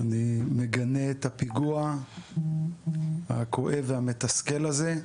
אני מגנה את הפיגוע הכואב והמתסכל הזה,